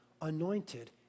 anointed